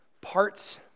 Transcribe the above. parts